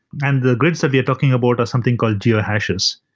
and the grids that we are talking about are something called geohashes.